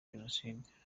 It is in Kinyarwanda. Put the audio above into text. jenoside